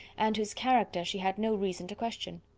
and whose character she had no reason to question.